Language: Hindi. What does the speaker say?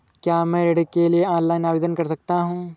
क्या मैं ऋण के लिए ऑनलाइन आवेदन कर सकता हूँ?